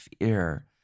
fear